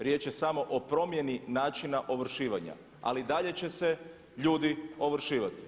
Riječ je samo o promjeni načina ovršivanja, ali dalje će se ljudi ovršivati.